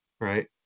Right